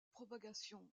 propagation